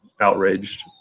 outraged